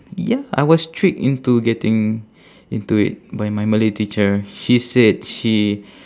ya I was tricked into getting into it by my malay teacher she said she